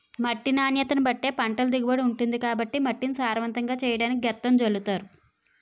మట్టి నాణ్యతను బట్టే పంటల దిగుబడి ఉంటుంది కాబట్టి మట్టిని సారవంతంగా చెయ్యడానికి గెత్తం జల్లుతారు